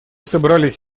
собрались